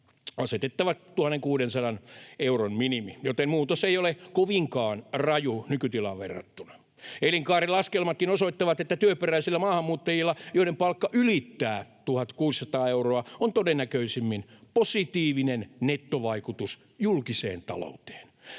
asetettava 1 600 euron minimi, joten muutos ei ole kovinkaan raju nykytilaan verrattuna. Elinkaarilaskelmatkin osoittavat, että työperäisillä maahanmuuttajilla, joiden palkka ylittää 1 600 euroa, on todennäköisimmin positiivinen nettovaikutus julkiseen talouteen.